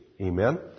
Amen